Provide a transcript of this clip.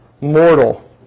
mortal